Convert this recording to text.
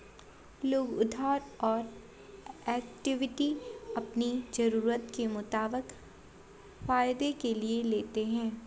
लोग उधार और इक्विटी अपनी ज़रूरत के मुताबिक फायदे के लिए लेते है